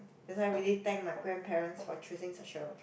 that's why really thank my grandparents for choosing such a